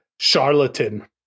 charlatan